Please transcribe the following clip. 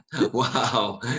wow